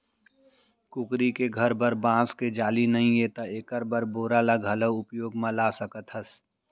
कुकरी के घर बर बांस के जाली नइये त एकर बर बोरा ल घलौ उपयोग म ला सकत हस